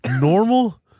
normal